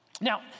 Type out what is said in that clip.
Now